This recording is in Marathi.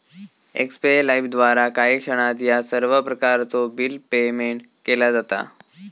एक्स्पे लाइफद्वारा काही क्षणात ह्या सर्व प्रकारचो बिल पेयमेन्ट केला जाता